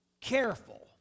careful